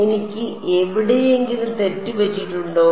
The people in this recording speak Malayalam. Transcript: എനിക്ക് എവിടെയെങ്കിലും തെറ്റ് പറ്റിയിട്ടുണ്ടോ